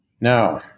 Now